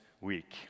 week